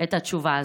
את התשובה הזאת,